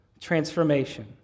transformation